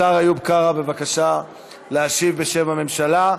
השר איוב קרא, בבקשה להשיב בשם הממשלה.